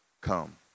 come